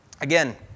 Again